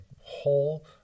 whole